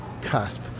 cusp